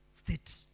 State